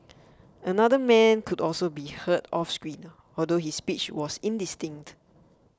another man could also be heard off screen although his speech was indistinct